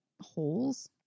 holes